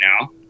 now